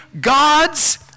God's